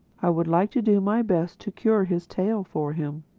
i would like to do my best to cure his tail for him.